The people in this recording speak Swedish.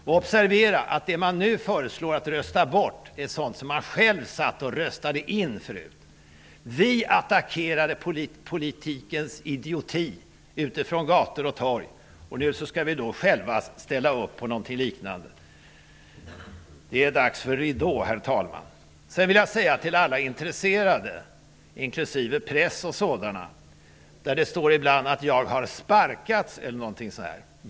Observera också att det som man nu föreslår skall röstas bort är sådant som man själv förut har suttit och röstat fram! Vi attackerade ute på gator och torg politikens idioti, och nu skall vi själva ställa oss bakom något liknande. Det är dags för ridå, herr talman! Jag vill också säga till alla intresserade, inklusive företrädare för pressen, att det ibland påstås att jag har sparkats eller något sådant.